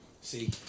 see